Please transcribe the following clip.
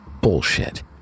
bullshit